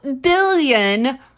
billion